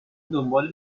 دنبال